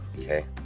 Okay